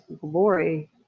glory